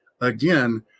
again